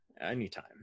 Anytime